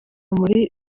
muri